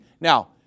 Now